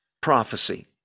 prophecy